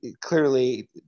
clearly